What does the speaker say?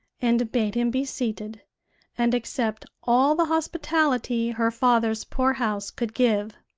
and bade him be seated and accept all the hospitality her father's poor house could give.